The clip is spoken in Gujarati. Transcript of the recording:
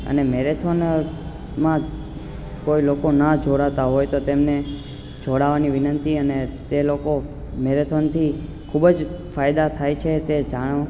અને મેરેથોનમાં કોઈ લોકો ન જોડાતા હોય તો તેમને જોડાવાની વિનંતિ અને તે લોકો મેરેથોનથી ખૂબ જ ફાયદા થાય છે તે જાણો